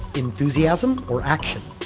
enthusiasm or action?